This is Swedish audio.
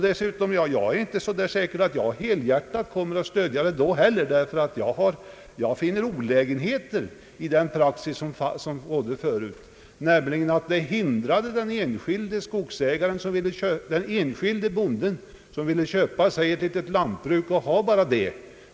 Dessutom är jag inte säker på att jag helhjärtat kommer att stödja ett ändringsförslag då heller, ty jag finner olägenheter i den praxis, som rådde förut, nämligen att den hindrade den enskilde bonden som ville köpa sig ett litet lantbruk och driva bara det.